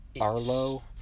Arlo